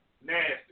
Nasty